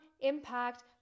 impact